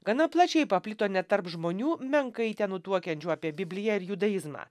gana plačiai paplito net tarp žmonių menkai tenutuokiančių apie bibliją ir judaizmą